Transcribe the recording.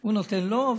הוא נותן לו,